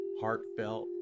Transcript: heartfelt